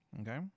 okay